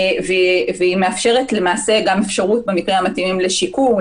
והיא מאפשרת למעשה גם אפשרות במקרים המתאימים לשיקום,